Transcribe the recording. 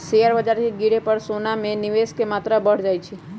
share बाजार के गिरे पर सोना में निवेश के मत्रा बढ़ जाइ छइ